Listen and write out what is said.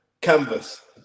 canvas